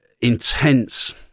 intense